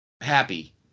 happy